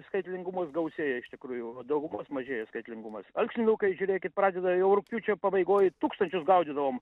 skaitlingumas gausėja iš tikrųjų o daugumos mažėja skaitlingumas alksninukai žiūrėkit pradeda jau rugpjūčio pabaigoj tūkstančius gaudydavom